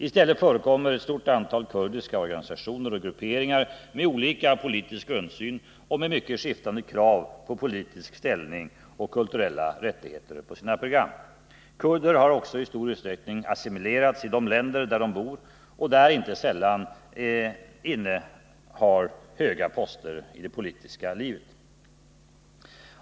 I stället förekommer ett stort antal kurdiska organisationer och grupperingar med olika politisk grundsyn och med mycket skiftande krav på politisk ställning och kulturella rättigheter på sitt program. Kurder har också i stor utsträckning assimilerats i de länder där de bor och där de inte sällan innehar höga poster i det politiska livet.